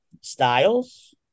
Styles